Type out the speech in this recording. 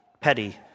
petty